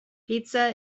pizza